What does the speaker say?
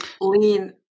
lean